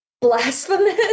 blasphemous